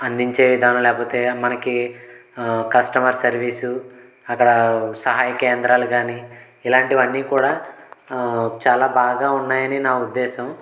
అందించే విధానం లేకపోతే మనకి కస్టమర్ సర్వీసు అక్కడ సహాయ కేంద్రాలు కానీ ఇలాంటివన్నీ కూడా చాలా బాగా ఉన్నాయని నా ఉద్దేశం